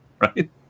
right